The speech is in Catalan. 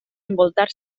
envoltar